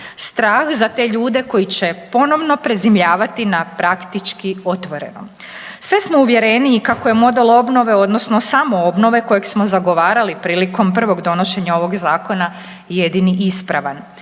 Strah za te ljude koji će ponovno prezimljavati na praktički otvorenom. Sve smo uvjereniji kako je model obnove odnosno samoobnove kojeg smo zagovarali prilikom prvog donošenja ovog zakona jedini ispravan.